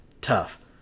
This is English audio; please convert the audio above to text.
Tough